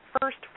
first